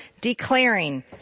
declaring